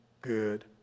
good